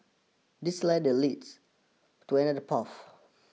this ladder leads to another path